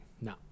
No